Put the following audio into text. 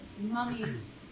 mummies